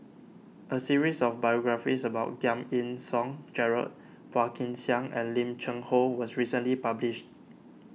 a series of biographies about Giam Yean Song Gerald Phua Kin Siang and Lim Cheng Hoe was recently published